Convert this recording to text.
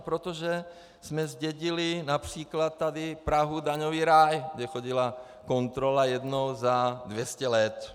Protože jsme zdědili například tady Prahu, daňový ráj, kde chodila kontrola jednou za 200 let.